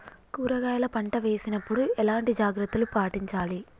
కూరగాయల పంట వేసినప్పుడు ఎలాంటి జాగ్రత్తలు పాటించాలి?